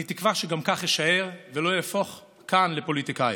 אני תקווה שגם כך אישאר ולא אהפוך כאן לפוליטיקאי.